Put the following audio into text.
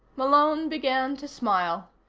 malone began to smile.